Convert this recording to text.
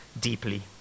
deeply